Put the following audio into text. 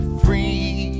free